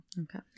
Okay